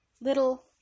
little